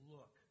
Look